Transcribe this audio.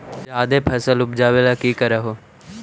जादे फसल उपजाबे ले की कर हो?